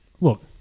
Look